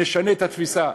נשנה את התפיסה,